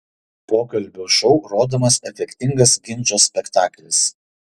pokalbių šou rodomas efektingas ginčo spektaklis